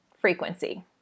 frequency